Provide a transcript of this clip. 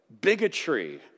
Bigotry